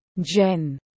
Jen